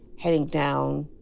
heading down